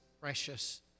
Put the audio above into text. precious